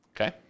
Okay